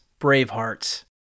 Bravehearts